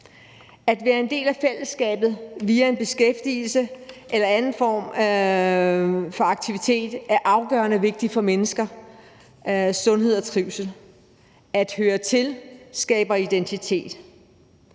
At være en del af fællesskabet via en beskæftigelse eller anden form for aktivitet er afgørende vigtigt for menneskers sundhed og trivsel, at høre til skaber identitet.